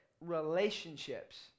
relationships